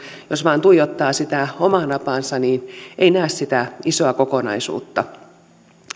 jos vain tuijottaa sitä omaa napaansa niin ei näe sitä isoa kokonaisuutta